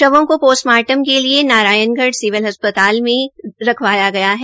शवों को पोस्टमार्टम के लिये नारायणगढ़ सिविल अस्पताल में रखवाया गया है